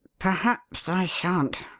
perhaps i shan't.